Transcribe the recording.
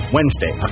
Wednesday